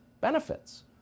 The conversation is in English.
benefits